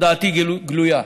דעתי גלויה: